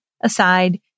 aside